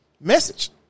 Message